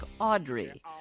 Audrey